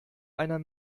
einer